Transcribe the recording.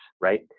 right